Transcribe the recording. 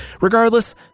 Regardless